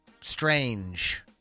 strange